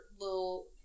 little